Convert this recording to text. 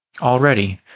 Already